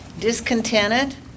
discontented